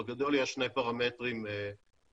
בגדול יש שני פרמטרים עיקריים,